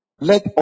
Let